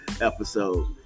episode